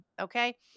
Okay